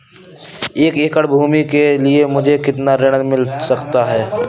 एक एकड़ भूमि के लिए मुझे कितना ऋण मिल सकता है?